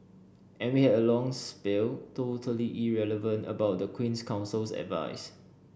and we had a long spiel totally irrelevant about the Queen's Counsel's advice